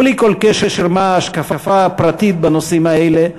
בלי כל קשר להשקפה הפרטית בנושאים האלה,